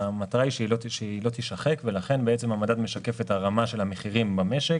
המטרה היא שהיא לא תישחק ולכן בעצם המדד משקף את הרמה של המחירים במשק